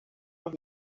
los